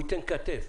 הוא ייתן כתף.